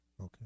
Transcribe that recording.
okay